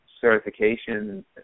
certification